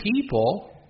people